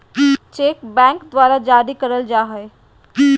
cheque bank द्वारा जारी करल जाय हय